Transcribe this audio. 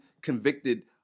convicted